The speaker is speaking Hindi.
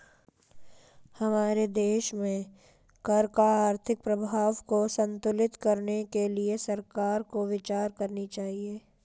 हमारे देश में कर का आर्थिक प्रभाव को संतुलित करने के लिए सरकार को विचार करनी चाहिए